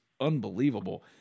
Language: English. unbelievable